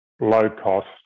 low-cost